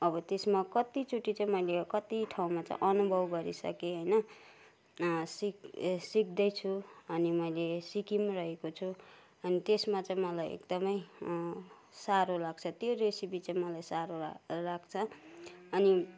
अब त्यसमा कतिचोटि चाहिँ मैले कति ठाउँमा चाहिँ मैले अनुभव गरिसकेँ होइन सिक सिक्दैछु अनि मैले सिकि पनि रहेको छु अनि त्यसमा चाहिँ मलाई एकदमै साह्रो लाग्छ त्यो रेसिपी चाहिँ मलाई साह्रो ला लाग्छ अनि